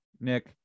Nick